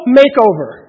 makeover